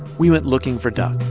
we went looking for duck